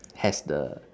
has the